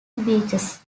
beaches